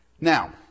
Now